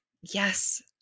Yes